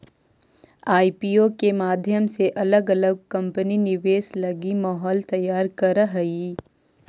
IPO के माध्यम से अलग अलग कंपनि निवेश लगी माहौल तैयार करऽ हई